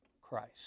Christ